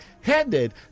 headed